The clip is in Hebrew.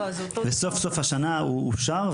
והשנה הוא אופשר,